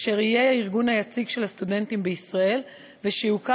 אשר יהיה הארגון היציג של הסטודנטים בישראל ויוכר